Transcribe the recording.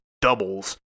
doubles